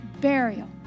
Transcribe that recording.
burial